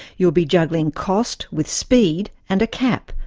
you'll be juggling cost with speed and a cap,